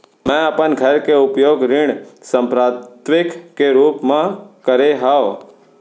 मै अपन घर के उपयोग ऋण संपार्श्विक के रूप मा करे हव